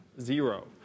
Zero